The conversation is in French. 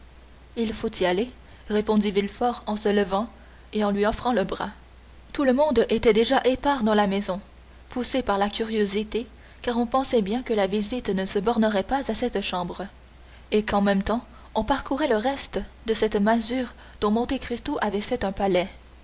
il faut y aller répondit villefort en se levant et en lui offrant le bras tout le monde était déjà épars dans la maison poussé par la curiosité car on pensait bien que la visite ne se bornerait pas à cette chambre et qu'en même temps on parcourrait le reste de cette masure dont monte cristo avait fait un palais